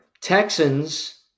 Texans